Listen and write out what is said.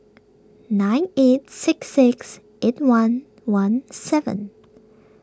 nine eight six six eight one one seven